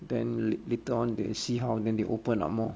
then later on they see how then they open up more